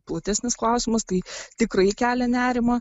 platesnis klausimas tai tikrai kelia nerimą